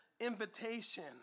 invitation